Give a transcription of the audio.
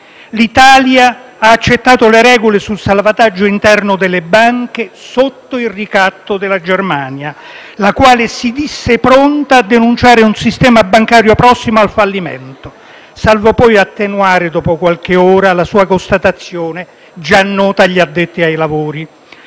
L'Italia ha accettato le regole sul salvataggio interno delle banche sotto il ricatto della Germania, la quale si disse pronta a denunciare un sistema bancario prossimo al fallimento, salvo poi attenuare, dopo qualche ora, la sua constatazione già nota agli addetti ai lavori.